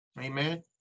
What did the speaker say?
Amen